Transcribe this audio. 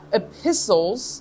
epistles